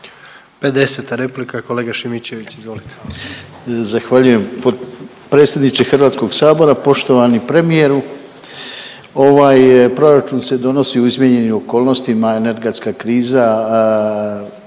izvolite. **Šimičević, Rade (HDZ)** Zahvaljujem predsjedniče Hrvatskog sabora, poštovani premijeru. Ovaj proračun se donosi u izmijenjenim okolnostima energetska kriza,